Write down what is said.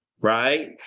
right